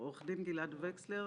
עורך הדין גלעד וקסלר,